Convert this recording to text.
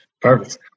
Perfect